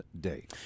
day